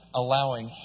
allowing